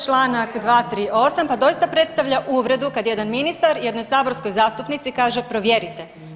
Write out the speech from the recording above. Čl. 238., pa doista predstavlja uvredu kad jedan ministar jednoj saborskoj zastupnici kaže provjerite.